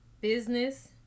business